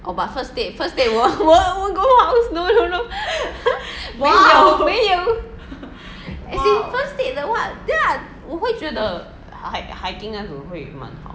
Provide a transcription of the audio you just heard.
oh but first date first date won't won't I won't go home no no no 没有没有 as in first date 的话 ya 我会觉得 hike hiking 那种会蛮好